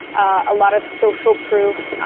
a lot of social proof,